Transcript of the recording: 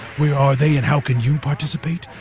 where are they, and how can you participate?